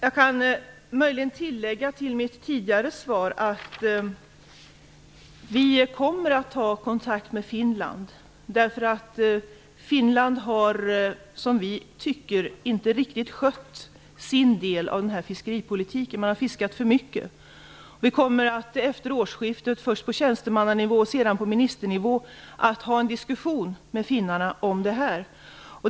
Jag kan möjligen tillägga till mitt tidigare svar att vi kommer att ta kontakt med Finland därför att Finland inte riktigt, som vi tycker, skött sin del av fiskeripolitiken. Man har fiskat för mycket. Vi kommer att efter årsskiftet, först på tjänstemannanivå och sedan på ministernivå, ha en diskussion med finnarna om det här.